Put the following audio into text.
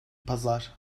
pazar